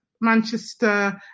Manchester